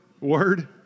word